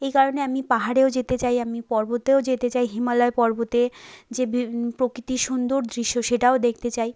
এই কারণে আমি পাহাড়েও যেতে চাই আমি পর্বতেও যেতে চাই হিমালয় পর্বতে যে প্রকৃতি সুন্দর দৃশ্য সেটাও দেখতে চাই